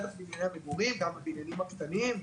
בטח בנייני המגורים והבניינים הקטנים,